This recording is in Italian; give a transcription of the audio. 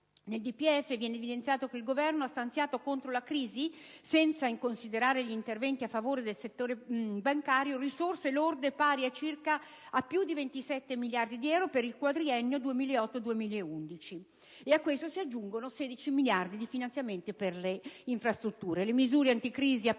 inoltre, viene evidenziato che il Governo ha stanziato contro la crisi, senza considerare gli interventi a favore del settore bancario, risorse lorde pari a circa 27,3 miliardi per il quadriennio 2008-2011. A questo si aggiungono 16 miliardi di finanziamenti alle infrastrutture. Le misure anticrisi adottate